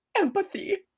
Empathy